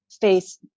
face